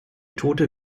tote